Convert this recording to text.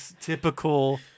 typical